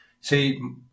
See